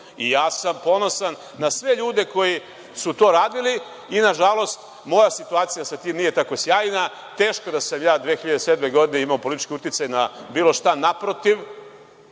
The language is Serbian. sam ponosan na sve ljude koji su to radili i, nažalost, moja situacija sa tim nije tako sjajna. Teško da sam ja 2007. godine imao politički uticaj na bilo šta. Naprotiv,